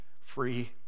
free